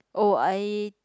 oh I